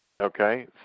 okay